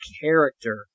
character